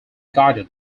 guided